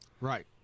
right